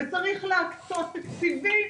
וצריך להקצות תקציבים,